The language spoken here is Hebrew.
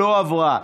לא עברה.